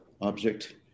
object